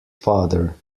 father